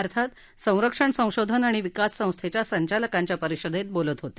अर्थात संरक्षण संशोधन आणि विकास संस्थेच्या संचालकांच्या परिषदेत बोलत होते